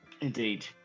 Indeed